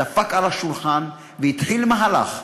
דפק על השולחן, והתחיל מהלך.